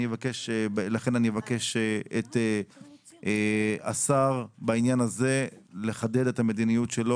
לכן אני אבקש את השר בעניין הזה לחדד את המדיניות שלו